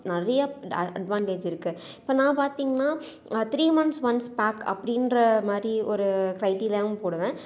நிறையா அட்வான்டேஜ் இருக்குது இப்போ நான் பார்த்தீங்னா த்ரீ மன்த்ஸ் ஒன்ஸ் பேக் அப்படின்ற மாதிரி ஒரு க்ரைட்டீரியாகவும் போடுவேன்